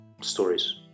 stories